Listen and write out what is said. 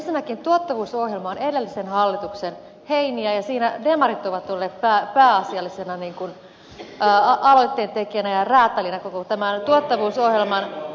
ensinnäkin tuottavuusohjelma on edellisen hallituksen heiniä ja siinä demarit ovat olleet pääasiallisena aloitteentekijänä ja räätälinä koko tämän tuottavuusohjelman